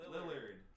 Lillard